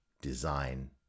design